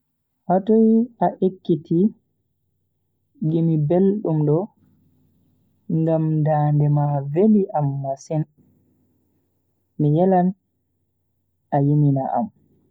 Hatoi a ekkiti gimi beldum do? Ngam dande ma veli am masin, mi yelan a yimina am.